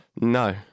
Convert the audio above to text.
No